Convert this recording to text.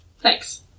thanks